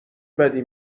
بدی